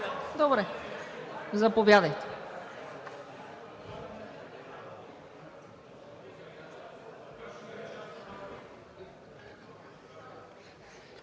Добре, заповядайте.